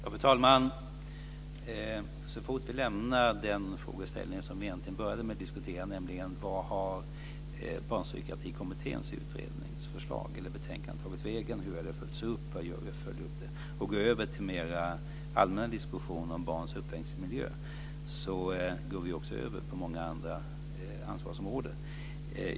Fru talman! Så fort vi lämnar den frågeställning vi egentligen började med att diskutera, nämligen vart Barnpsykiatrikommitténs utredningsbetänkande har tagit vägen och vad vi gör för att följa upp det, och går över till mera allmänna diskussioner om barns uppväxtmiljö går vi också över på många andra ansvarsområden.